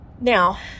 Now